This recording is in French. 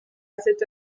cette